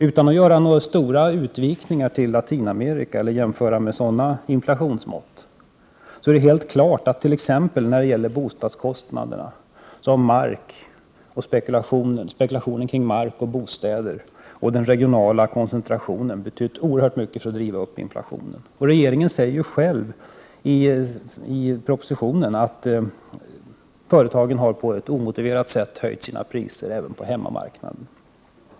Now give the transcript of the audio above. Utan att göra några större utvikningar — jag kunde ju t.ex. tala om Latinamerika och ta till inflationsmått av det slaget — vill jag framhålla att det är helt klart t.ex. när det gäller bostadskostnaderna att markvärdet, spekulationen i mark och bostäder och den regionala koncentrationen betytt oerhört mycket i fråga om inflationen. Regeringen säger själv i propositionen att företagen på ett omotiverat sätt har höjt sina priser även på hemmamarknaden.